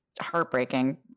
heartbreaking